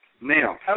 Now